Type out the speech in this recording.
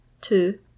Two